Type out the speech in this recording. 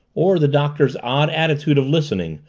or the doctor's odd attitude of listening,